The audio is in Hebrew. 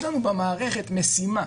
יש לנו במערכת משימה,